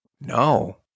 no